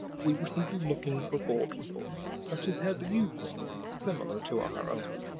we were simply looking for four people, such as had view-points similar to our own.